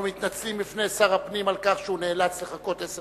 אנחנו מתנצלים בפני שר הפנים על כך שהוא נאלץ לחכות עשר